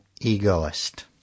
egoist